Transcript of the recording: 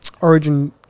Origin